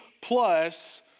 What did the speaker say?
plus